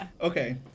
Okay